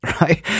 right